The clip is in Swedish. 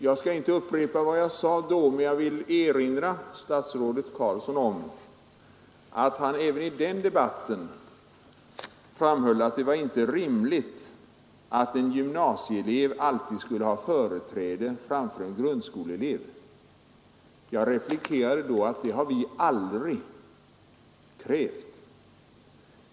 Jag skall inte upprepa vad jag sade då, men jag vill erinra statsrådet Carlsson om att han även i den debatten framhöll att det inte var rimligt att en gymnasieelev alltid skulle ha företräde framför en grundskoleelev. Jag replikerade då att det har vi aldrig krävt.